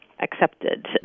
accepted